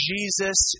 Jesus